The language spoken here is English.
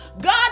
God